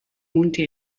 multi